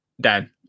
Dan